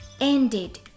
ended